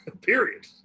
period